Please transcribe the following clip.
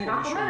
אני רק אומרת,